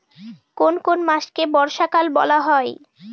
কোন কোন মাসকে বর্ষাকাল বলা হয়?